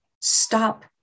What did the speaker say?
stop